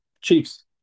Chiefs